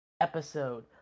episode